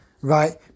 right